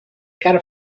carn